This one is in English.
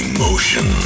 Emotion